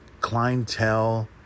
clientele